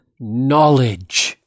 knowledge